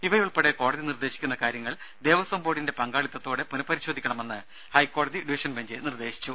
ഇവയുൾപ്പെടെ കോടതി നിർദ്ദേശിക്കുന്ന കാര്യങ്ങൾ ദേവസ്വം ബോർഡിന്റെ പങ്കാളിത്തത്തോടെ പുനഃപരിശോധിക്കണമെന്ന് ഹൈക്കോടതി ഡിവിഷൻ ബെഞ്ച് നിർദ്ദേശിച്ചു